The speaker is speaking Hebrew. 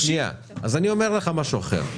אומר לך משהו אחר,